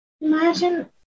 imagine